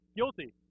guilty